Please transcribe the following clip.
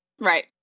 Right